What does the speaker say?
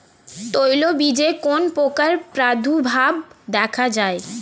তৈলবীজে কোন পোকার প্রাদুর্ভাব দেখা যায়?